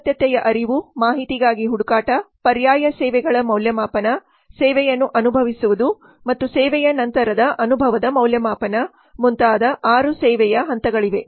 ಅಗತ್ಯತೆಯ ಅರಿವು ಮಾಹಿತಿಗಾಗಿ ಹುಡುಕಾಟ ಪರ್ಯಾಯ ಸೇವೆಗಳ ಮೌಲ್ಯಮಾಪನ ಸೇವೆಯನ್ನು ಅನುಭವಿಸುವುದು ಮತ್ತು ಸೇವೆಯ ನಂತರದ ಅನುಭವದ ಮೌಲ್ಯಮಾಪನ ಮುಂತಾದ 6 ಸೇವೆಯ ಸೇವೆಯ ಹಂತಗಳಿವೆ